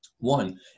one